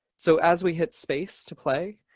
so as we hit space to play,